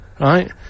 Right